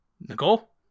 Nicole